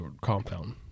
compound